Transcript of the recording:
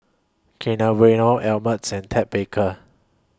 Kinder Bueno Ameltz and Ted Baker